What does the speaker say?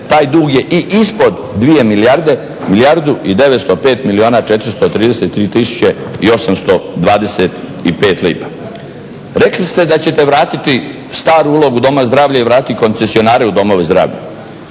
taj dug je i ispod 2 milijarde, milijardu i 905 milijuna 433 tisuće i 825 lipa. Rekli ste da ćete vratiti staru ulogu Doma zdravlja i vratiti koncesionare u domove zdravlja.